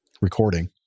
recording